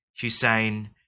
Hussein